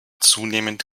zunehmend